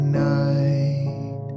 night